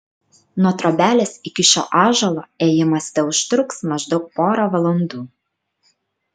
nuo trobelės iki šio ąžuolo ėjimas teužtruks maždaug porą valandų